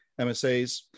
MSAs